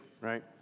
right